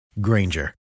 Granger